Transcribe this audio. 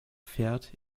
fährt